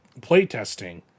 playtesting